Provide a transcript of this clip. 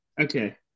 Okay